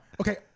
Okay